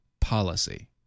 policy